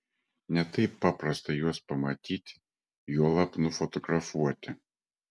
ne taip paprasta juos pamatyti juolab nufotografuoti